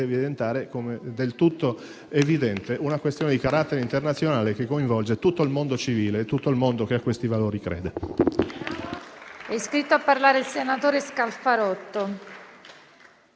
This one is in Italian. evidente - una questione di carattere internazionale che coinvolge tutto il mondo civile e il mondo che crede a questi valori.